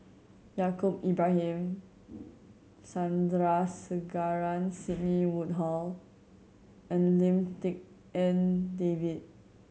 Yaacob Ibrahim Sandrasegaran Sidney Woodhull and Lim Tik En David